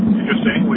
interesting